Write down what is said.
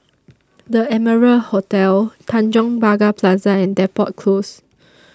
The Amara Hotel Tanjong Pagar Plaza and Depot Close